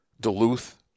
Duluth